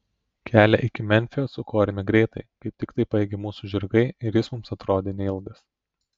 kelią iki memfio sukorėme greitai kaip tiktai pajėgė mūsų žirgai ir jis mums atrodė neilgas